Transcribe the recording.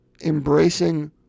embracing